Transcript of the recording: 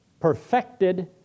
perfected